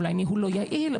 אולי ניהול לא יעיל.